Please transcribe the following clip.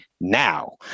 now